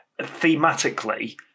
thematically